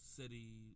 city